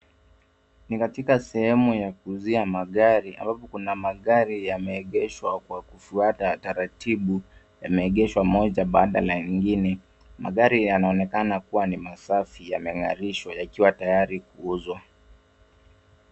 Ni katika sehemu ya kuuzia magari ambapo kuna magari yameegeshwa kwa kufuata taratibu. Yameegeshwa moja baada la lingine. Magari yanaonekana kua ni masafi, yameng'arishwa yakiwa tayari kuuzwa.